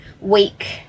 week